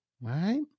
Right